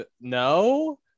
no